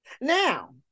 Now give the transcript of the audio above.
Now